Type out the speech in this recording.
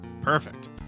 Perfect